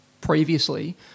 previously